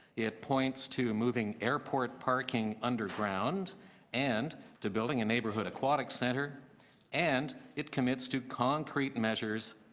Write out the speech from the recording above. it points to moving airport parking underground and to building a neighbourhood aquatic centre and it commits to concrete measures